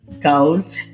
Cows